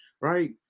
right